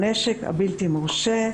הנשק הבלתי-מורשה,